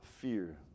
fear